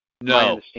No